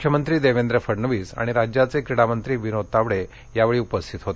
मुख्यमंत्री देवेंद्र फडणवीस आणि राज्याचे क्रीडा मंत्री विनोद तावडे यावेळी उपस्थित होते